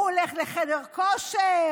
הוא הולך לחדר כושר,